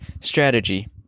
strategy